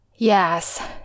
yes